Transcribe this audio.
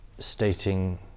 stating